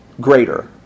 greater